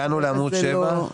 הגענו לעמוד 7?